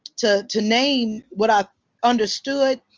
to to name what i understood,